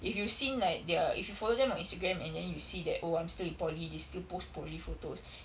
if you've seen like they're if you follow them on Instagram and then you see that oh I'm still in poly they still post poly photos